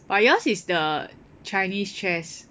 but yours is the Chinese chess